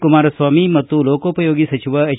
ಕುಮಾರಸ್ವಾಮಿ ಮತ್ತು ಲೋಕಪಯೋಗಿ ಸಚಿವ ಎಚ್